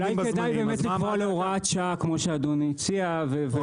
אולי הוראת שעה כמו שאדוני הציע.